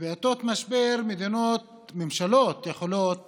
ובעיתות משבר ממשלות יכולות